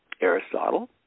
Aristotle